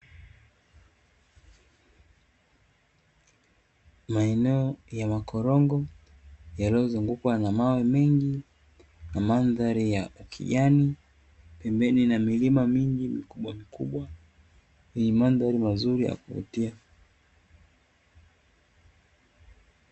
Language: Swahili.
Maeneo ya makorongo yaliyozungukwa na mawe mengi na mandhari ya kijani pembeni na milima mingi mikubwa mikubwa yenye mandhari mazuri ya kuvutia.